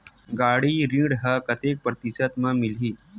गाड़ी ऋण ह कतेक प्रतिशत म मिलही?